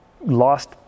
lost